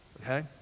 okay